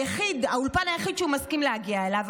האולפן היחיד שהוא מסכים להגיע אליו,